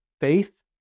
faith